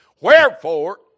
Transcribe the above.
Wherefore